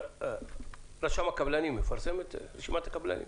רשם הקבלנים מפרסם את רשימת הקבלנים?